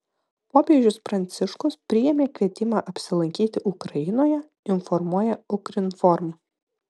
popiežius pranciškus priėmė kvietimą apsilankyti ukrainoje informuoja ukrinform